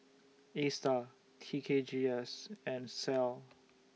ASTAR T K G S and Sal